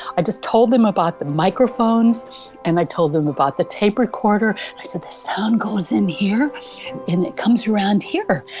i just told them about the microphones and i told them about the tape recorder. i said the sound goes in here and it comes around here.